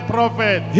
Prophet